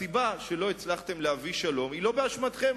הסיבה שלא הצלחתם להביא שלום היא לא באשמתכם,